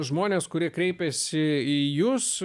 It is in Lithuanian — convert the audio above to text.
žmonės kurie kreipėsi į jus